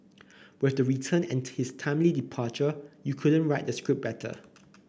with her return and his timely departure you couldn't write the script better